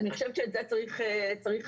אני חושבת שאת זה צריך להבהיר.